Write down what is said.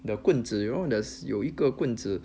the 棍子 you know 有一个棍子